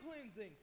cleansing